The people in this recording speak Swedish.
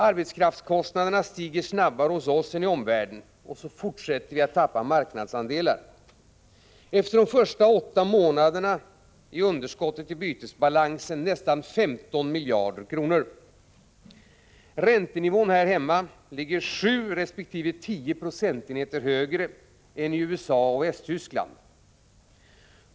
Arbetskraftskostnaderna stiger snabbare hos oss än i omvärlden, och så fortsätter vi att tappa marknadsandelar. Efter de första åtta månaderna är underskottet i bytesbalansen nästan 15 miljarder kronor. Räntenivån här hemma ligger 7 resp. 10 procentenheter högre än i USA och Västtyskland.